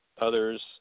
Others